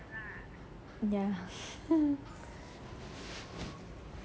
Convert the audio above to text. ya